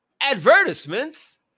Advertisements